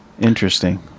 Interesting